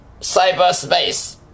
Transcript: cyberspace